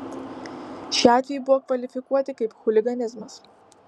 šie atvejai buvo kvalifikuoti kaip chuliganizmas